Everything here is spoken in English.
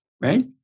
right